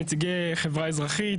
נציגי החברה האזרחית,